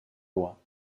loi